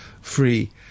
free